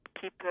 keep